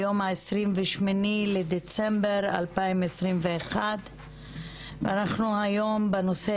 היום ה-28 בדצמבר 2021. אנחנו היום בנושא